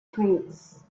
treats